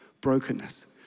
brokenness